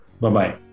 Bye-bye